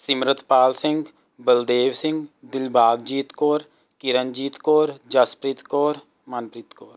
Simratpal Singh Baldev Singh Dilbagjit Kaur Kiranjit Kaur Jaspreet Kaur Manpreet Kaur